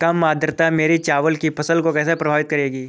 कम आर्द्रता मेरी चावल की फसल को कैसे प्रभावित करेगी?